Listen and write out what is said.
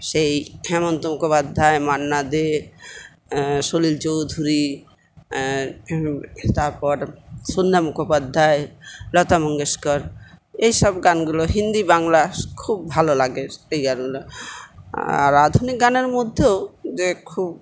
সেই হেমন্ত মুখোপাধ্যায় মান্না দে সলিল চৌধুরী ও তারপর সন্ধ্যা মুখোপাধ্যায় লতা মঙ্গেশকর এইসব গানগুলো হিন্দি বাংলা খুব ভালো লাগে এই গানগুলা আর আধুনিক গানের মধ্যেও যে খুব